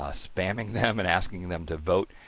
ah spamming them and asking them to vote.